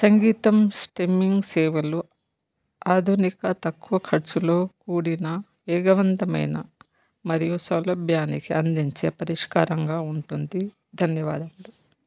సంగీతం స్ట్రీమింగ్ సేవలు ఆధునిక తక్కువ ఖర్చులో కూడిన వేగవంతమైన మరియు సౌలభ్యానికి అందించే పరిష్కారంగా ఉంటుంది ధన్యవాదములు